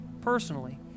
personally